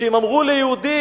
שאם אמרו ליהודי: